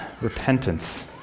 Repentance